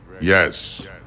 Yes